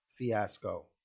fiasco